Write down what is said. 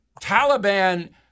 Taliban